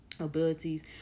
Abilities